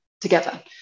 together